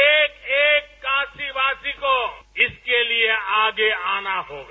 एक एक काशीवासी को इसके लिए आगे आना होगा